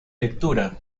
lectura